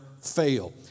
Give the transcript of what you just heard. fail